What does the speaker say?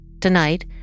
Tonight